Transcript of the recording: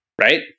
right